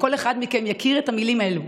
שכל אחד מכם יכיר את המילים האלו.